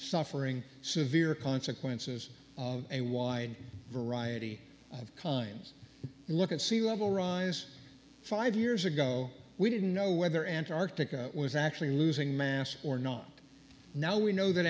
suffering severe consequences of a wide variety of kinds look at sea level rise five years ago we didn't know whether antarctica was actually losing mass or not now we know that